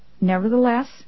Nevertheless